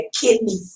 kidney